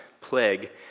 plague